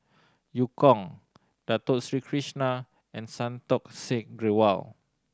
Eu Kong Dato Sri Krishna and Santokh Singh Grewal